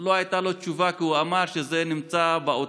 לא הייתה תשובה, כי הוא אמר שזה נמצא באוצר.